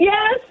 Yes